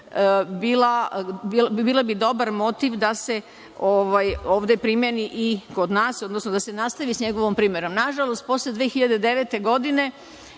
bila dobar motiv da se ovde primeni i kod nas, odnosno da se nastavi sa njegovom primenom. Nažalost, posle 2009. godine,